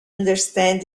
understand